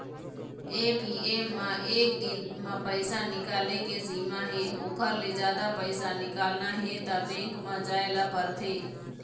ATM म एक दिन म पइसा निकाले के सीमा हे ओखर ले जादा पइसा निकालना हे त बेंक म जाए ल परथे